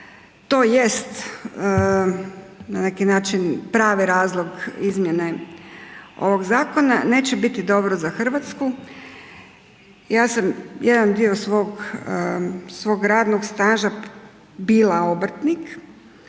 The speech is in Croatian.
to jest na neki način pravi razlog izmjene ovog zakona, neće biti dobro za Hrvatsku. Ja sam jedan dio svog radnog staža bila obrtnik,